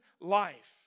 life